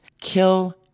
kill